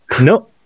No